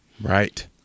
right